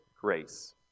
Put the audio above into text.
grace